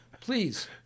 Please